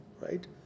right